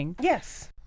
yes